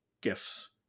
gifts